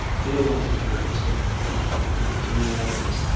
they're the ones that are more concerned i think than many others.